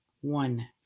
one